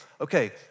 okay